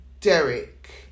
derek